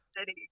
city